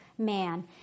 Man